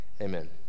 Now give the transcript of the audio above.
Amen